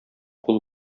кул